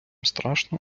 страшно